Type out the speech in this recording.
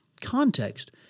context